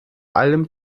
allem